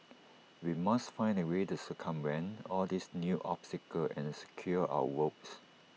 we must find A way to circumvent all these new obstacles and secure our votes